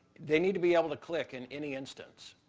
they need to be able to click in any instance.